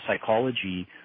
psychology